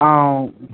हा